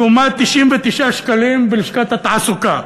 לעומת 99 שקלים בלשכת התעסוקה.